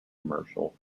commercial